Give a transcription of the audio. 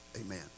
Amen